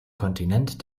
kontinent